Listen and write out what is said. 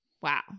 Wow